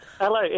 Hello